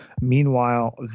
Meanwhile